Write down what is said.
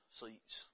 seats